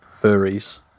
furries